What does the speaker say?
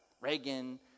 Reagan